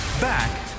Back